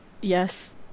yes